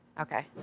Okay